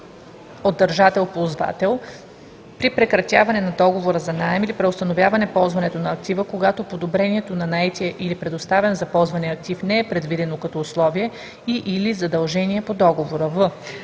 от държател/ползвател при прекратяване на договора за наем или преустановяване ползването на актива, когато подобрението на наетия или предоставен за ползване актив не е предвидено като условие и/или задължение по договора;“